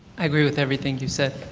i agree with everything you said.